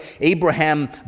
Abraham